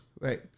Right